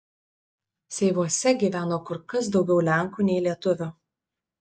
seivuose gyveno kur kas daugiau lenkų nei lietuvių